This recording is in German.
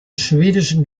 schwedischen